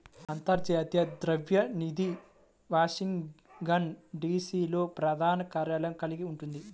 అంతర్జాతీయ ద్రవ్య నిధి వాషింగ్టన్, డి.సి.లో ప్రధాన కార్యాలయం కలిగి ఉంది